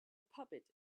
puppet